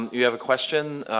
um you have a question?